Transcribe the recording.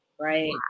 right